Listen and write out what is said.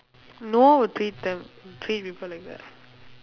no one would treat them treat people like that